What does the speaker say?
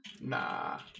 Nah